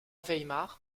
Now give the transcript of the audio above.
weimar